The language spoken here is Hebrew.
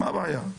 מה הבעיה?